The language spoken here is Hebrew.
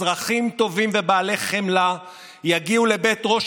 אזרחים טובים ובעלי חמלה יגיעו לבית ראש